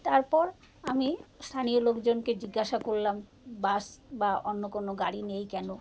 তারপর আমি স্থানীয় লোকজনকে জিজ্ঞাসা করলাম বাস বা অন্য কোনো গাড়ি নেই কেন